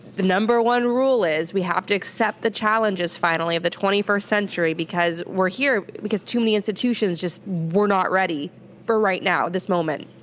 the number one rule is we have to accept the challenges finally of the twenty first century because we're here because too many institutions just were not ready for right now this moment,